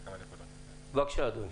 בבקשה.